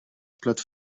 plate